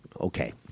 okay